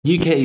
UK